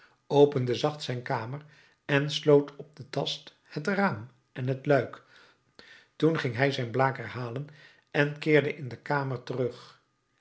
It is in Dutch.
opende zacht zijn kamer en sloot op den tast het raam en het luik toen ging hij zijn blaker halen en keerde in de kamer terug